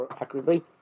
accurately